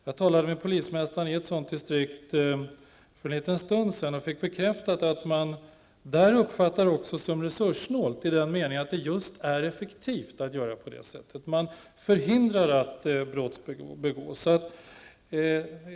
Jag talade med polismästaren i ett sådant distrikt för en liten stund sedan och fick bekräftat att man där även uppfattar det som resurssnålt i den meningen att det just är effektivt att göra på det sättet. Man förhindrar att brott begås.